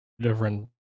different